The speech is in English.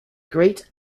great